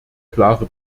klare